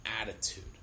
attitude